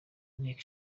nteko